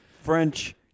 French